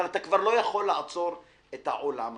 אבל אתה כבר לא יכול לעצור את העולם הזה.